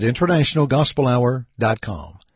InternationalGospelHour.com